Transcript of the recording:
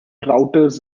routers